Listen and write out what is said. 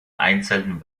einzeln